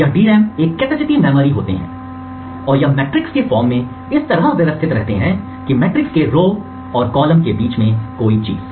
यह DRAM capacity memory होते हैं और यह मैट्रिक के फॉर्म में इस तरह व्यवस्थित रहते हैं कि मैट्रिक के रो और कॉलम के बीच कोई चीज